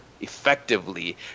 effectively